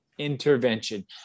intervention